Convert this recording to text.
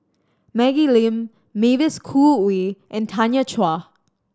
Maggie Lim Mavis Khoo Oei and Tanya Chua